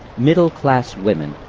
middle-class women,